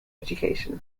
education